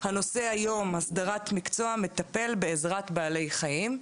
2 בפברואר 2022. על סדר היום: הסדרת המקצוע מטפל בעזרת בעלי חיים.